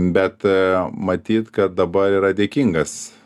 bet e matyt kad dabar yra dėkingas